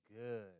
Good